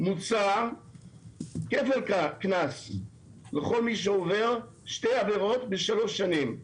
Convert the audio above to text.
מוצע כפל קנס לכל מי שעובר שתי עבירות בשלוש שנים.